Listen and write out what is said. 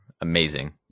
amazing